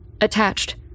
Attached